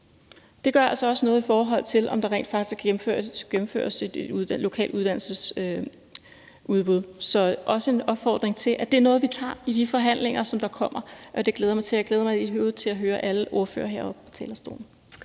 Det gør altså også noget, i forhold til om der rent faktisk kan gennemføres et lokalt uddannelsesudbud. Så jeg vil også komme med en opfordring til, at det er noget, vi drøfter i de forhandlinger, der kommer, og dem glæder jeg mig til. Jeg glæder mig i øvrigt til at høre alle ordførere heroppe på talerstolen.